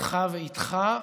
אותך ואיתך,